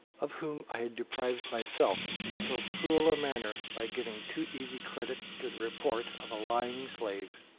of whom i had deprived myself in so cruel a manner by giving too easy credit to the report of a lying slave.